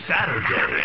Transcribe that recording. Saturday